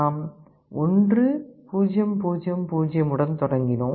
நாம் 1 0 0 0 உடன் தொடங்கினோம்